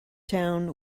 town